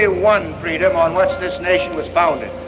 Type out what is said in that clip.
ah one freedom on which this nation was founded.